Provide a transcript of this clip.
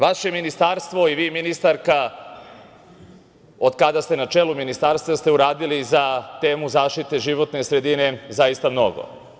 Vaše Ministarstvo i vi ministarka od kada ste na čelu Ministarstva ste uradili za temu zaštite životne sredine zaista mnogo.